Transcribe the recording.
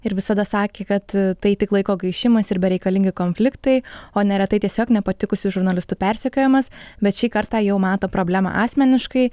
ir visada sakė kad tai tik laiko gaišimas ir bereikalingi konfliktai o neretai tiesiog nepatikusių žurnalistų persekiojamas bet šį kartą jau mato problemą asmeniškai